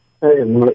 Hey